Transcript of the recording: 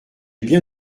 bien